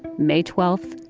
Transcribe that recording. may twelfth,